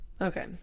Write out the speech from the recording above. okay